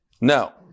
Now